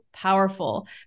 Powerful